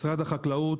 משרד החקלאות